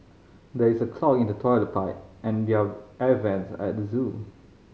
there is a clog in the toilet pipe and their air vents at the zoo